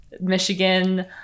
Michigan